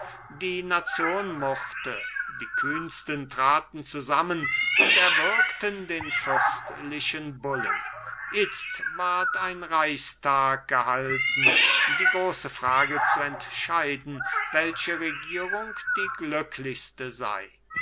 die nation murrte die kühnsten traten zusammen und erwürgten den fürstlichen bullen itzt ward ein reichstag gehalten die große frage zu entscheiden welche regierung die glücklichste sei